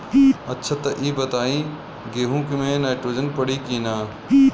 अच्छा त ई बताईं गेहूँ मे नाइट्रोजन पड़ी कि ना?